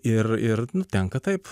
ir ir nu tenka taip